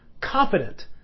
confident